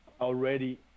already